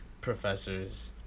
professors